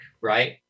right